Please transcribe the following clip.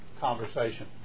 conversation